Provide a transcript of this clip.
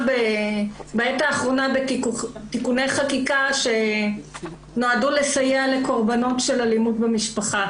בעת האחרונה בתיקוני חקיקה שנועדו לסייע לקורבנות אלימות במשפחה.